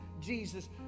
Jesus